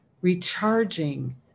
recharging